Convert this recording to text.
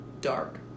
dark